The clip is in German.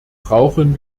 brauchen